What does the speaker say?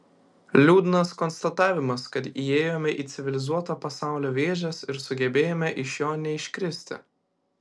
liūdnas konstatavimas kad įėjome į civilizuoto pasaulio vėžes ir sugebėjome iš jo neiškristi